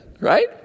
Right